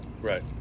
Right